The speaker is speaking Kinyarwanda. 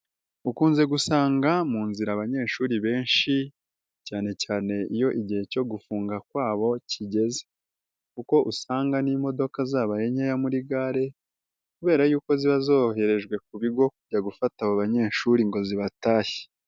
Ukunze gusanga mu nzira abanyeshuri benshi cyane cyane iyo igihe cyo gufunga kwabo kigeze kuko usanga n'imodoka zabaye nkeya muri gare, kubera yuko ziba zoherejwe ku bigo kujya gufata abo banyeshuri ngo zibatashye.